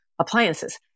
appliances